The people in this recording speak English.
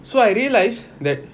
so I realise that